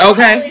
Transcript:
Okay